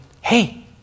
Hey